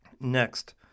Next